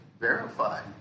verified